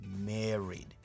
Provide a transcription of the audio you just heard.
married